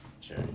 Sure